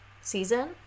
season